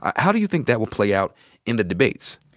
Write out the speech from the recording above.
how do you think that will play out in the debates?